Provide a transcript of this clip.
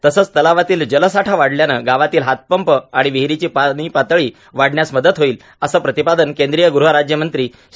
तसंच तलावातील जलसाठा वाढल्याने गावातील हातपंप आणि विहिरीची पाणी पातळी वाढण्यास मदत होईल असे प्रतिपादन केंद्रीय गृहराज्यमंत्री श्री